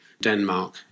Denmark